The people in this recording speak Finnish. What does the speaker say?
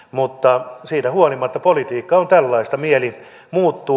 mutta siitä huolimatta politiikka on tällaista mieli muuttuu